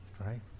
right